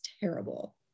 terrible